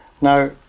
Now